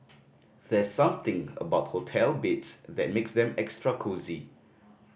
there's something about hotel beds that makes them extra cosy